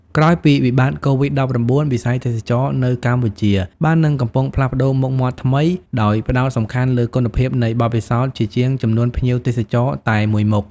ក្រោយពីវិបត្តកូវីដ១៩ វិស័យទេសចរណ៍នៅកម្ពុជាបាននឹងកំពុងផ្លាស់ប្តូរមុខមាត់ថ្មី ដោយផ្ដោតសំខាន់លើគុណភាពនៃបទពិសោធន៍ជាជាងចំនួនភ្ញៀវទេសចរតែមួយមុខ។